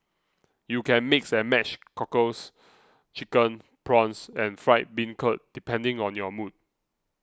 you can mix and match cockles chicken prawns and fried bean curd depending on your mood